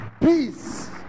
Peace